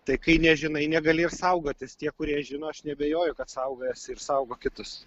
tai kai nežinai negali ir saugotis tie kurie žino aš neabejoju kad saugojosi ir saugo kitus